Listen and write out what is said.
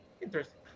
interesting